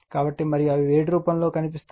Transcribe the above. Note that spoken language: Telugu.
కాబట్టి మరియు అవి వేడి రూపంలో కనిపిస్తాయి